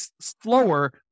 slower